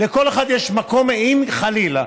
לכל אחד יש מקום אם חלילה